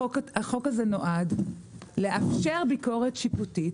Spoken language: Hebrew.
החוק הזה נועד לאפשר ביקורת שיפוטית,